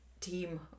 team